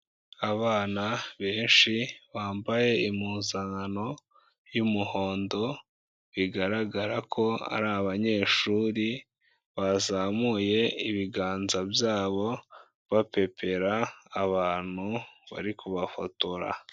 Abana benshi bambaye impuzankano y'umuhondo, bigaragara ko ari abanyeshuri bazamuye ibiganza byabo bapepera abantu bari kubafotora.